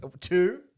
two